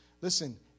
Listen